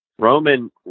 Roman